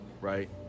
right